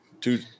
Two